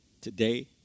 today